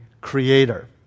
Creator